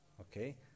okay